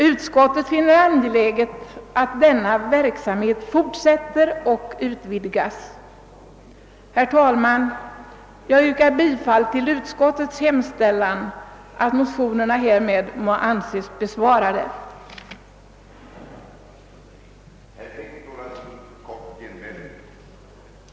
Utskottet finner det angeläget att denna verksamhet fortsätter och utvidgas. Herr talman! Jag yrkar bifall till utskottets hemställan att motionerna må anses besvarade med vad utskottet anfört.